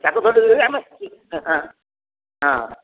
ହଁ ହଁ